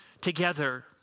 together